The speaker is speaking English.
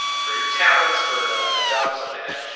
for your talents for a job something like that.